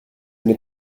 n’ai